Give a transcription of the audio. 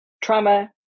trauma